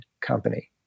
company